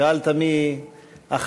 שאלת מי אחריו,